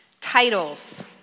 Titles